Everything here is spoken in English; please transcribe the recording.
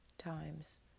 times